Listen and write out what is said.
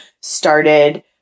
started